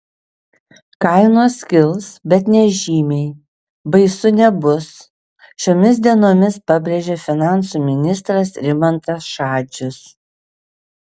kainos kils bet nežymiai baisu nebus šiomis dienomis pabrėžė finansų ministras rimantas šadžius